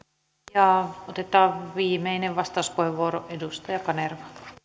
ja otetaan viimeinen vastauspuheenvuoro edustaja kanerva